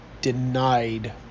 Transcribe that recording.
denied